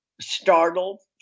startled